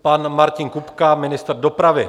Pan Martin Kupka, ministr dopravy.